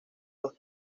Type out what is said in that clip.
las